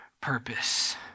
purpose